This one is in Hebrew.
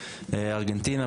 ארגנטינה,